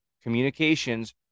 communications